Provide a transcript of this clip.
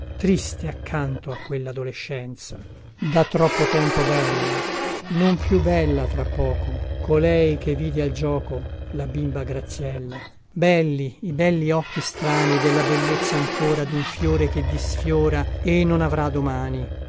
triste accanto a quelladolescenza da troppo tempo bella non più bella tra poco colei che vide al gioco la bimba graziella belli i belli occhi strani della bellezza ancora dun fiore che disfiora e non avrà domani